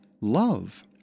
love